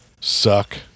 suck